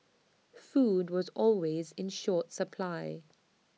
food was always in short supply